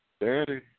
Daddy